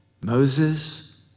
Moses